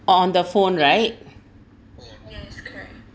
on the phone right